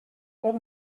pot